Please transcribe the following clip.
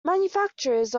manufacturers